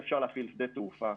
ואפשר להפעיל שדה תעופה.